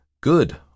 Good